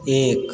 एक